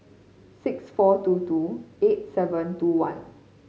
six four two two eight seven two one